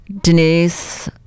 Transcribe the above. Denise